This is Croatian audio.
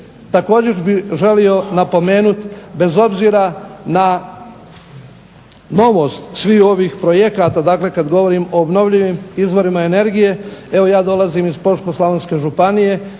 Također bih želio napomenuti bez obzira na novost svih ovih projekata, dakle kad govorim o obnovljivim izvorima energije. Evo ja dolazim iz Požeško-slavonske županije,